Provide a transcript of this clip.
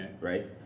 right